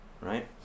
Right